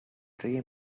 three